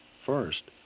first,